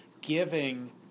giving